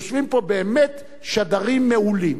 יושבים פה באמת שדרים מעולים.